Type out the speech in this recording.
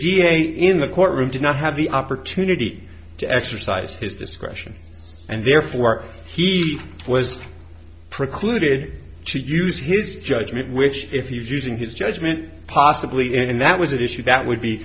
the da in the courtroom did not have the opportunity to exercise his discretion and therefore he was precluded to use his judgment which if using his judgment possibly in that with that issue that would be